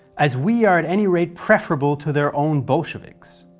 as we are at any rate preferable to their own bolsheviks.